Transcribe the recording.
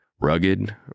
rugged